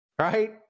right